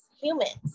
humans